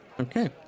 Okay